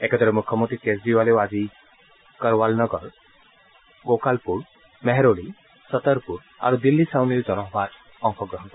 একেদৰে মুখ্যমন্ত্ৰী কেজৰিৱালেও আজি কৰৱাল নগৰ গোকালপুৰ মেহৰ'লি চতৰপুৰ আৰু দিল্লী ছাউনীৰ জনসভাত অংশগ্ৰহণ কৰিব